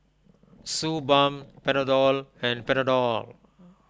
Suu Balm Panadol and Panadol